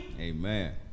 Amen